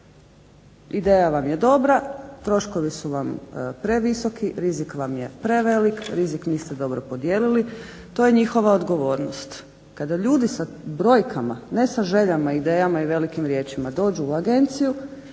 Ideja vam je dobra. Troškovi su vam previsoki, rizik vam je prevelik, rizik niste dobro podijelili. To je njihova odgovornost. Kada ljudi sa brojkama, ne sa željama, idejama i velikim riječima dođu u agenciju